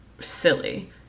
silly